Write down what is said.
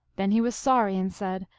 then he was sorry, and said,